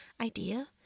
idea